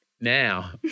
Now